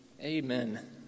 Amen